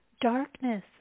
darkness